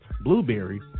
Blueberry